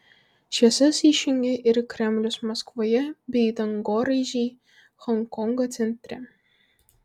šviesas išjungė ir kremlius maskvoje bei dangoraižiai honkongo centre